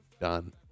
done